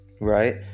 right